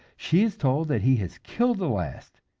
she is told that he has killed the last,